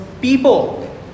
people